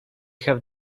have